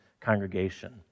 congregation